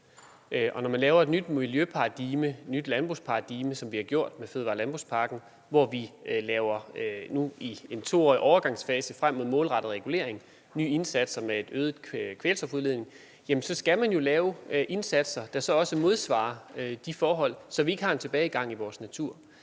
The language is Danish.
når man laver et nyt miljøparadigme og landbrugsparadigme, som vi har gjort med fødevare- og landbrugspakken – hvor vi nu er i en 2-årig overgangsfase frem mod målrettet regulering og nye indsatser mod øget kvælstofudledning – så skal man jo lave indsatser, som også modsvarer de forhold, så vi ikke får en tilbagegang i